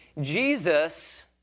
Jesus